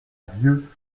vieu